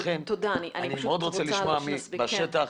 לכן הייתי רוצה מאוד לשמוע מה קורה בשטח,